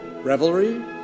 revelry